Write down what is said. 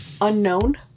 unknown